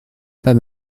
pas